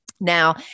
now